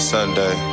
Sunday